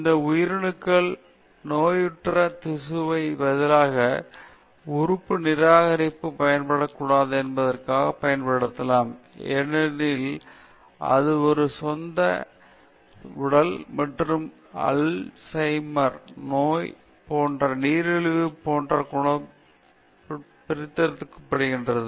இந்த உயிரணுக்கள் நோயுற்ற திசுவை பதிலாக உறுப்பு நிராகரிப்புக்கு பயப்படக்கூடாது என்பதற்காக பயன்படுத்தப்படலாம் ஏனெனில் அது ஒரு சொந்த உடல் மற்றும் அல்சைமர் நோய் மற்றும் நீரிழிவு போன்ற குண நோய்களிலிருந்து பிரித்தெடுக்கப்படுகிறது